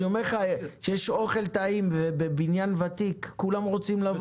כשיש אוכל טעים בבניין ותיק כולם רוצים לבוא.